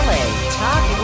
Talk